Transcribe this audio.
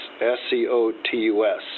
S-C-O-T-U-S